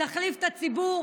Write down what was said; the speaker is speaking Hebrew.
תחליף את הציבור